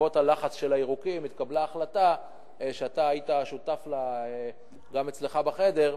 בעקבות הלחץ של הירוקים התקבלה החלטה שאתה היית שותף לה גם אצלך בחדר,